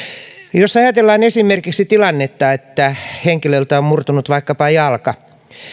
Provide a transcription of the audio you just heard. jos ajatellaan esimerkiksi tilannetta että henkilöltä on murtunut vaikkapa jalka